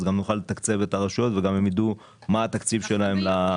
נוכל לתקצב את הרשויות וגם הן ידעו מה התקציב שלהן.